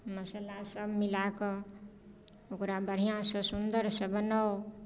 मसालासभ मिला कऽ ओकरा बढ़िआँसँ सुन्दरसँ बनाउ